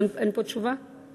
אין פה תשובה?